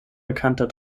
bekannter